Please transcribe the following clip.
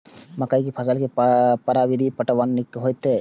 मकई के फसल में फुहारा विधि स पटवन नीक हेतै की नै?